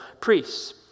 priests